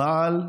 בעל וגואל.